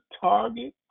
target